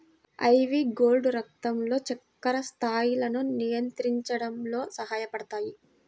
ivy gourd రక్తంలో చక్కెర స్థాయిలను నియంత్రించడంలో సహాయపడతాయి